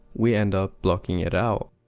we end up blocking it out.